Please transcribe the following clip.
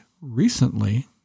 recently